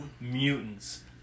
mutants